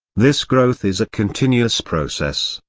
this growth is a continuous process,